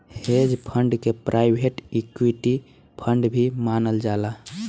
hedge fund के private equity fund भी मानल जाला